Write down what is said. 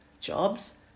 jobs